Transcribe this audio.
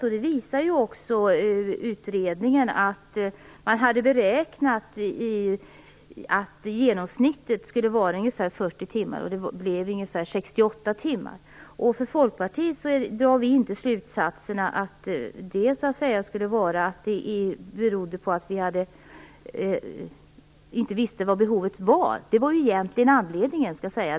Utredningen visar ju också att man hade beräknat att genomsnittet skulle vara ungefär 40 timmar, och det blev ungefär 68 timmar. Vi i Folkpartiet drar inte den slutsatsen att skillnaden skulle bero på att vi inte visste hur stort behovet var.